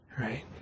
right